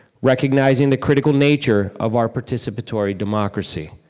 recognizing the critical nature of our participatory democracy.